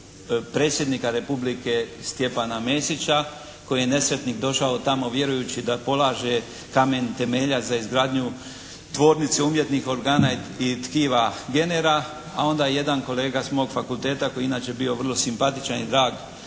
Predsjednika Republike Stjepana Mesića koji je nesretnik došao tamo vjerujući da polaže kamen temeljac za izgradnju tvornice umjetnih organa i tkiva “Genera“ a onda je jedan moj kolega s mog fakulteta koji je inače bio vrlo simpatičan i drag